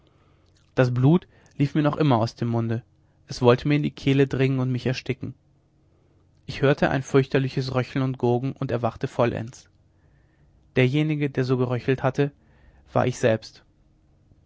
das blut lief mir noch immer aus dem munde es wollte mir in die kehle dringen und mich ersticken ich hörte ein fürchterliches röcheln und gurgeln und erwachte vollends derjenige der so geröchelt hatte war ich selbst